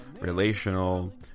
relational